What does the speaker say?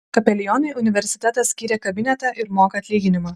kapelionui universitetas skyrė kabinetą ir moka atlyginimą